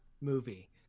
movie